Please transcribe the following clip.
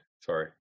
Sorry